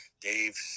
Dave